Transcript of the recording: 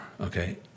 Okay